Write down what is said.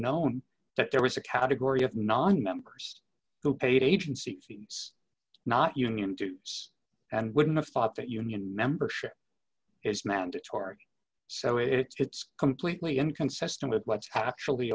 known that there was a category of nonmembers who paid agencies not union dues and wouldn't have thought that union membership is mandatory so it's completely inconsistent with what's actually